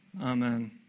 Amen